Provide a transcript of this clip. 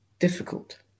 difficult